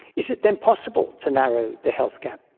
is it then possible to narrow the health gap?